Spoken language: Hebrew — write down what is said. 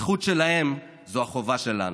הזכות שלהם זו החובה שלנו.